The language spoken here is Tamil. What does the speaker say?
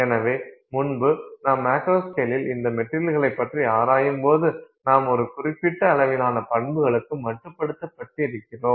எனவே முன்பு நாம் மேக்ரோஸ்கேலில் இந்த மெட்டீரியல்களைப் பற்றி ஆராயும் போது நாம் ஒரு குறிப்பிட்ட அளவிலான பண்புகளுக்கு மட்டுப்படுத்தப்பட்டிருந்தோம்